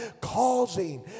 causing